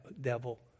devil